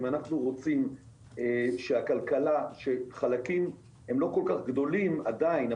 אם אנחנו רוצים שחלקים הם לא כל כך גדולים עדיין,